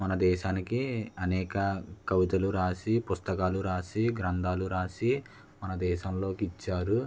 మన దేశానికి అనేక కవితలు వ్రాసి పుస్తకాలు రాసి గ్రంథాలు వ్రాసి మన దేశంలోకి ఇచ్చారు